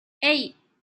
hey